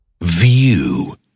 View